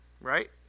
Right